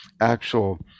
actual